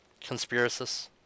Conspiracists